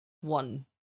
one